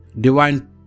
divine